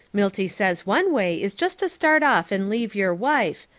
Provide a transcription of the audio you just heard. milty says one way is just to start off and leave your wife,